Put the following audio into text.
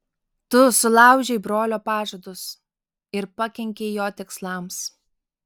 tu sulaužei brolio pažadus ir pakenkei jo tikslams